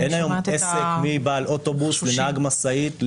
אין היום עסק מבעל אוטובוס ונהג משאית,